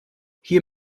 hier